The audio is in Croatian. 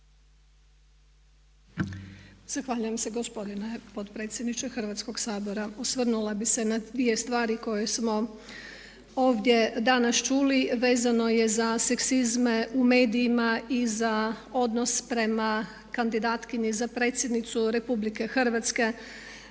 Zahvaljujem se gospodine potpredsjedniče Hrvatskog sabora. Osvrnula bih se na dvije stvari koje smo ovdje danas čuli, vezano je za seksizme u medijima i za odnos prema kandidatkinji za predsjednicu Republike Hrvatske.